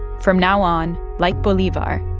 from now on, like bolivar,